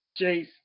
Jace